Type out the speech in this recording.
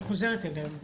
אני חוזרת אליהם.